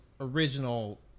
original